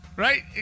Right